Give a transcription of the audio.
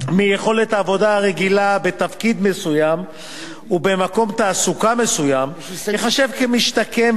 מיכולת העבודה הרגילה בתפקיד מסוים ובמקום תעסוקה מסוים ייחשב למשתקם,